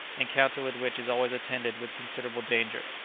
encounter with which is always attended with considerable danger.